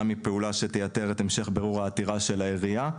מפעולה שתייתר את המשך בירור העתירה של העירייה,